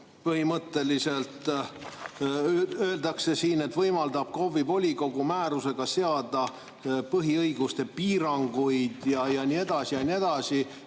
põhimõtteliselt öeldakse siin, et see võimaldab KOV‑i volikogu määrusega seada põhiõiguste piiranguid ja nii edasi ja nii edasi.